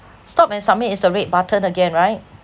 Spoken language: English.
stop and submit is the red button again right